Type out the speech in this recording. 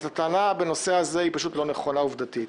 אז הטענה בנושא הזה היא פשוט לא נכונה עובדתית.